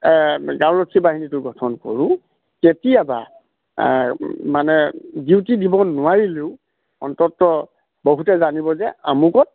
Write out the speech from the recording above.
গাঁৱৰক্ষী বাহিনীটো গঠন কৰোঁ কেতিয়াবা মানে ডিউটি দিব নোৱাৰিলেও অন্ততঃ বহুতে জানিব যে আমুকত